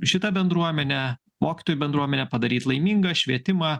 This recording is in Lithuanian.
šitą bendruomenę mokytojų bendruomenę padaryt laimingą švietimą